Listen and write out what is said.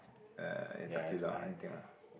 uh it's up to you lah anything lah